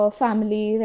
family